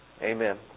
amen